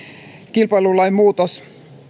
kilpailulain muutos